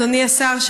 אדוני השר,